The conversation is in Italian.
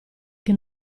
che